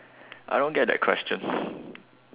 I don't get that question